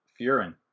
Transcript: furin